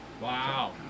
Wow